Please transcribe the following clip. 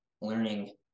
learning